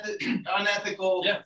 unethical